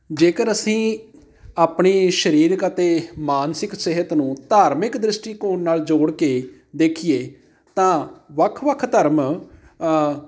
ਜੇਕਰ ਅਸੀਂ ਆਪਣੀ ਸਰੀਰਿਕ ਅਤੇ ਮਾਨਸਿਕ ਸਿਹਤ ਨੂੰ ਧਾਰਮਿਕ ਦ੍ਰਿਸ਼ਟੀਕੋਣ ਨਾਲ ਜੋੜ ਕੇ ਦੇਖੀਏ ਤਾਂ ਵੱਖ ਵੱਖ ਧਰਮ